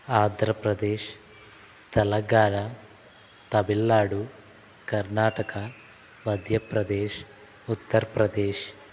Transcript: Andhra Pradesh Telangana Tamil Nadu Karnataka Madhya Pradesh Uttar Pradesh